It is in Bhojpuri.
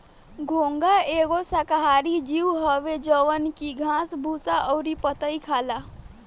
घोंघा एगो शाकाहारी जीव हवे जवन की घास भूसा अउरी पतइ खाला